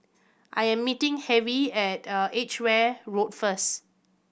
I am meeting Harvey at Edgware Road first